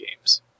Games